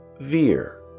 veer